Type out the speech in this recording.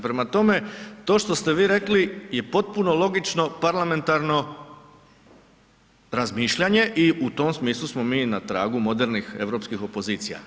Prema tome, to što ste vi rekli, je potpuno logično parlamentarno razmišljanje i u tom smislu smo mi na tragu modernih europskih opozicija.